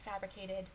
fabricated